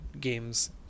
games